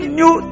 new